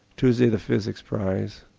tuesday the physics prize,